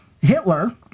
hitler